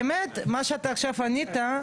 לא כי האמת מה שאתה עכשיו ענית,